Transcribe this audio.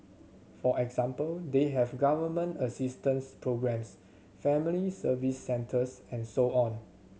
for example they have Government assistance programmes family Service Centres and so on